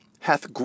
hath